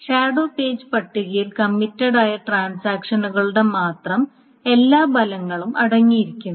shadow page പട്ടികയിൽ കമ്മിറ്റഡായ ട്രാൻസാക്ഷനുകളുടെ മാത്രം എല്ലാ ഫലങ്ങളും അടങ്ങിയിരിക്കുന്നു